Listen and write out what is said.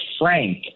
Frank